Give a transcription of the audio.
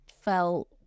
felt